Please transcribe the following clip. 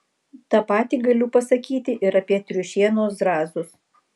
tą patį galiu pasakyti ir apie triušienos zrazus